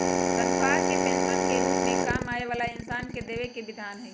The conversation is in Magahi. तन्ख्वाह के पैसवन के रूप में काम वाला इन्सान के देवे के विधान हई